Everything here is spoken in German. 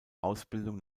ausbildung